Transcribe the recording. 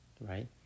right